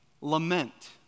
lament